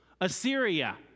Assyria